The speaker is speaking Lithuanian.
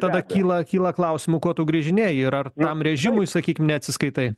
tada kyla kyla klausimų ko tu grįžinėji ir ar tam režimui sakyk neatsiskaitai